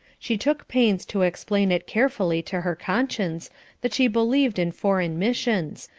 she took pains to explain it carefully to her conscience that she believed in foreign missions,